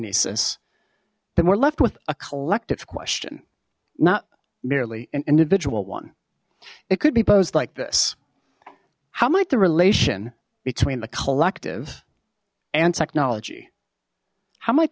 anamnesis then we're left with a collective question not merely an individual one it could be posed like this how might the relation between the collective and technology how might